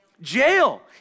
Jail